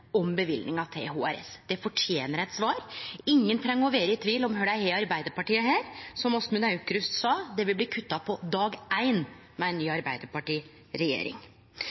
om løyvinga til HRS? Det fortener eit svar. Ingen treng å vere i tvil om kvar dei har Arbeidarpartiet her. Som Åsmund Aukrust sa, vil det bli kutta på dag éin med ei ny